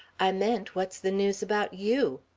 i meant, what's the news about you?